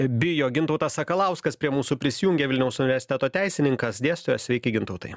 bijo gintautas sakalauskas prie mūsų prisijungė vilniaus universiteto teisininkas dėstytojas sveiki gintautai